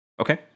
Okay